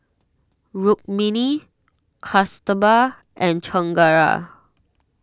Rukmini Kasturba and Chengara